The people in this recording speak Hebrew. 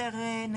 זה יותר נגיש,